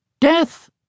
Death